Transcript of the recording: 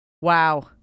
Wow